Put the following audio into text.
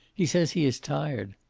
he says he is tired.